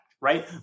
right